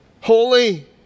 holy